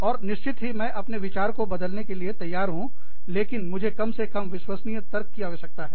और निश्चित ही मैं अपने विचार को बदलने के लिए तैयार हूँ लेकिन मुझे कम से कम विश्वसनीय तर्क की आवश्यकता है